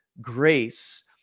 grace